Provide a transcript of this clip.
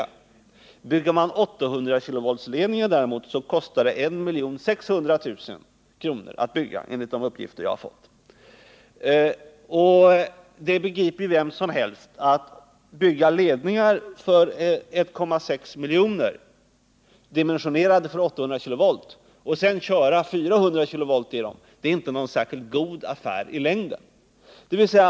Om man däremot bygger 800-kV-ledningar kostar det enligt de uppgifter jag har fått 1,6 milj.kr. Vem som helst begriper ju att det i längden inte är någon särskilt god affär att för 1,6 milj.kr. bygga ledningar som är dimensionerade för 800 kV för att sedan köra 400 kV i dem.